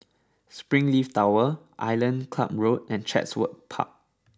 Springleaf Tower Island Club Road and Chatsworth Park